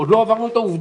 עוד לא עברנו את העובדה.